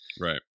Right